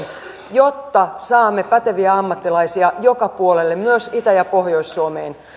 jotta saamme päteviä ammattilaisia joka puolelle myös itä ja pohjois suomeen